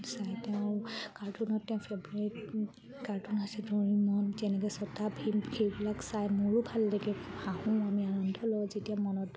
চাই তেওঁ কাৰ্টুনত তেওঁ ফেভৰেট কাৰ্টুন আছে ডৰেমন যেনেকৈ চটা ভীম সেইবিলাক চাই মোৰো ভাল লাগে হাঁহোও আমি আনন্দ লওঁ যেতিয়া মনত